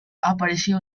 apareció